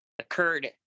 occurred